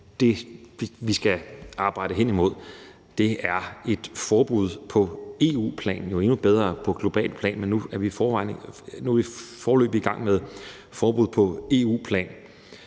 det, vi skal arbejde hen imod, er et forbud på EU-plan eller endnu bedre på globalt plan. Nu er vi foreløbig i gang med forbud på EU-plan.